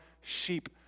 sheep